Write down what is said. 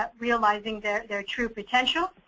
ah realizing their their true potential.